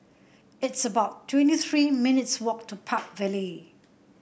it's about twenty three minutes' walk to Park Vale